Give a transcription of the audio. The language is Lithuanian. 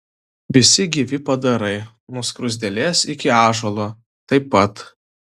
visi gyvi padarai nuo skruzdėlės iki ąžuolo taip pat